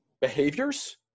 behaviors